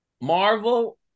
Marvel